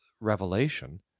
revelation